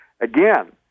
Again